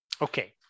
Okay